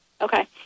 Okay